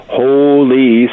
holy